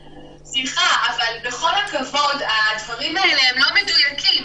סליחה, אבל בכל הכבוד, הדברים האלה לא מדויקים.